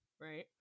right